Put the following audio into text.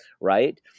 right